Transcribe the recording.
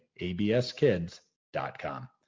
abskids.com